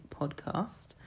podcast